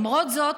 למרות זאת,